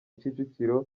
kicukiro